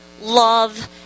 love